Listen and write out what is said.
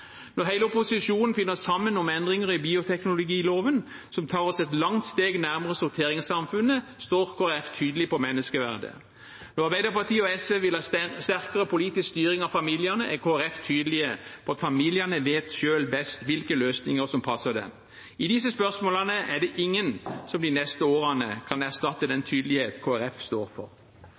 Når hele opposisjonen finner sammen om endringer i bioteknologiloven, som tar oss et langt steg nærmere sorteringssamfunnet, står Kristelig Folkeparti tydelig på menneskeverdet. Når Arbeiderpartiet og SV vil ha sterkere politisk styring av familiene, er Kristelig Folkeparti tydelig på at familiene selv vet best hvilke løsninger som passer for dem. I disse spørsmålene er det ingen som de neste årene kan erstatte den tydeligheten Kristelig Folkeparti står for.